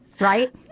right